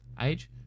Age